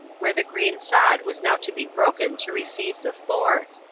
where the green sod was now to be broken to receive the fourth.